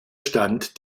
stand